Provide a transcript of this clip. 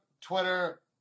twitter